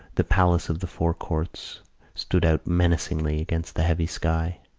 the palace of the four courts stood out menacingly against the heavy sky.